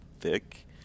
thick